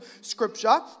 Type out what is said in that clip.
Scripture